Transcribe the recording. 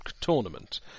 tournament